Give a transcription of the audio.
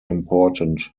important